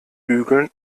bügeln